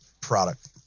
product